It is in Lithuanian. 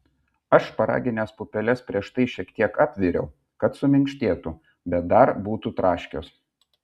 aš šparagines pupeles prieš tai šiek tiek apviriau kad suminkštėtų bet dar būtų traškios